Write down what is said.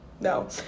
No